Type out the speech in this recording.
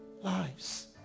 Lives